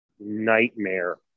Nightmare